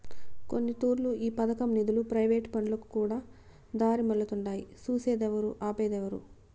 కొన్నితూర్లు ఈ పదకం నిదులు ప్రైవేటు పనులకుకూడా దారిమల్లతుండాయి సూసేదేవరు, ఆపేదేవరు